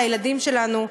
לילדים שלנו,